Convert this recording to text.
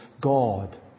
God